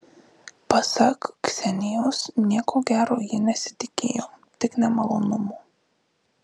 pasak ksenijos nieko gero ji nesitikėjo tik nemalonumų